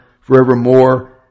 forevermore